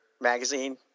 Magazine